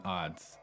odds